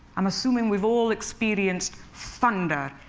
i'm assuming we've all experienced thunder.